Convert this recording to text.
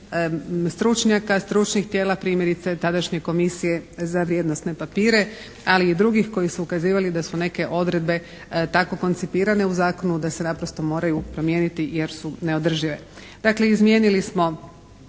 stručnjaka, stručnih tijela, primjerice tadašnje Komisije za vrijednosne papire ali i drugih koji su ukazivali da su neke odredbe tako koncipirane u zakonu da se naprosto moraju promijeniti jer su neodržive. Dakle, izmijenili smo